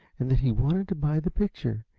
and that he wanted to buy the picture,